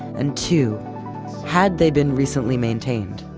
and two had they been recently maintained?